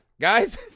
Guys